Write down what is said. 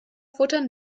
futtern